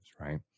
right